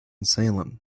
salem